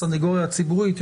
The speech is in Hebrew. הסנגוריה הציבורית.